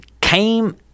came